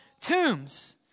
tombs